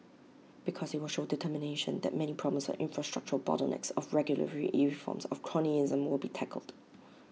because IT will show determination that many problems of infrastructural bottlenecks of regulatory reforms of cronyism will be tackled